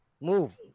Move